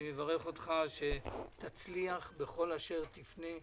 אני מברך אותך שתצליח בכל אשר תפנה ותעשה.